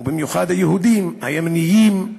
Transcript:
ובמיוחד היהודים הימנים,